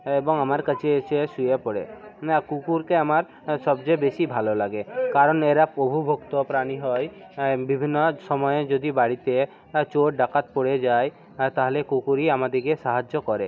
এবং আমার কাছে এসে শুয়ে পড়ে না কুকুরকে আমার সবচেয়ে বেশি ভালো লাগে কারণ এরা প্রভুভক্ত প্রাণী হয় বিভিন্ন সময়ে যদি বাড়িতে চোর ডাকাত পড়ে যায় তাহলে কুকুরই আমাদিকে সাহায্য করে